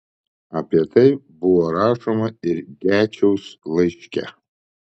apie tai buvo rašoma ir gečiaus laiške